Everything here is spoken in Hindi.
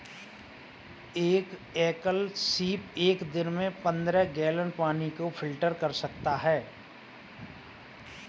एक एकल सीप एक दिन में पन्द्रह गैलन पानी को फिल्टर कर सकता है